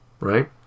right